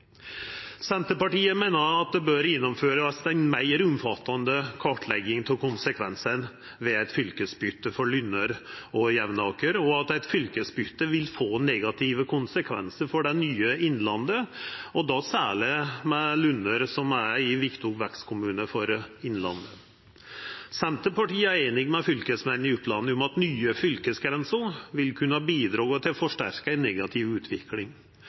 Senterpartiet meiner at det bør gjennomførast ei meir omfattande kartlegging av konsekvensane ved eit fylkesbyte for Lunner og Jevnaker, og at eit fylkesbyte vil få negative konsekvensar for det nye fylket Innlandet, særleg fylkesbytet for Lunner, som er ein viktig vekstkommune for Innlandet. Senterpartiet er einig med Fylkesmannen i Oppland i at nye fylkesgrenser vil kunna bidra til å forsterka ei negativ utvikling.